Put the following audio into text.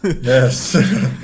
Yes